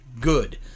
good